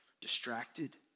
distracted